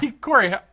Corey